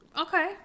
Okay